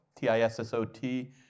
T-I-S-S-O-T